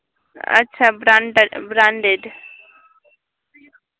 अच्छा ब्रांडर ब्रांडेड